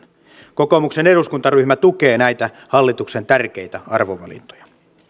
kokoomuksen eduskuntaryhmä tukee näitä hallituksen tärkeitä arvovalintoja